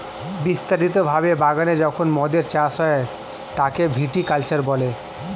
বিস্তারিত ভাবে বাগানে যখন মদের চাষ হয় তাকে ভিটি কালচার বলে